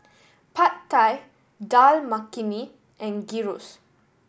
Pad Thai Dal Makhani and Gyros